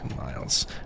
miles